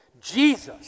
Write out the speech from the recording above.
Jesus